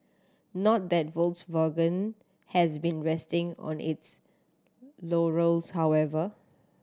not that Volkswagen has been resting on its laurels however